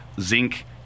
zinc